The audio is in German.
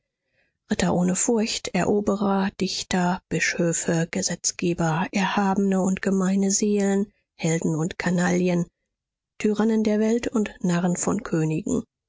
ritter ohne furcht eroberer dichter bischöfe gesetzgeber erhabene und gemeine seelen helden und kanaillen tyrannen der welt und narren von königen